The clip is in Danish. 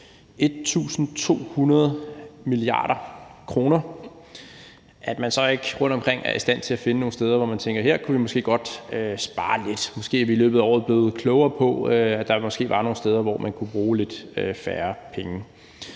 1.200 mia. kr., så ikke rundtomkring er i stand til at finde nogle steder, hvor man tænker: Her kunne vi måske godt spare lidt; måske er vi i løbet af året blevet klogere, og der var måske nogle steder, hvor man kunne bruge lidt færre penge.